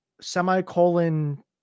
semicolon